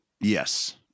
Yes